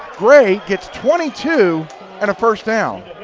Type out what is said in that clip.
gray gets twenty two and a first down.